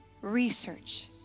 Research